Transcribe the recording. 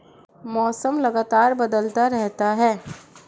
मौसम लगातार बदलता रहता है